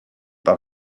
par